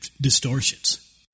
distortions